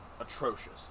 atrocious